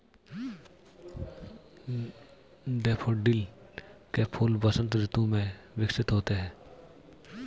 daffodil के फूल वसंत ऋतु में विकसित होते हैं